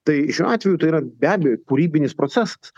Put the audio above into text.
tai šiuo atveju tai yra be abejo kūrybinis procesas